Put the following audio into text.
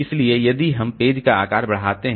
इसलिए यदि हम पेज का आकार बढ़ाते हैं